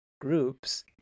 groups